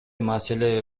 маселе